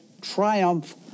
triumph